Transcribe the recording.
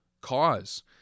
cause